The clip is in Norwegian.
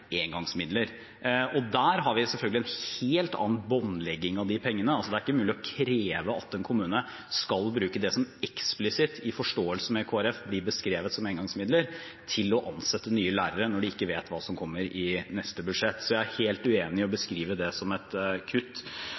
engangsmidler. Der har vi selvfølgelig en helt annen båndlegging av de pengene. Det er altså ikke mulig å kreve at en kommune skal bruke det som eksplisitt – i forståelse med Kristelig Folkeparti – blir beskrevet som engangsmidler, til å ansette nye lærere når de ikke vet hva som kommer i neste budsjett. Så jeg er helt uenig i at man beskriver det som et kutt.